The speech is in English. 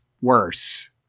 worse